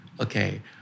Okay